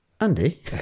Andy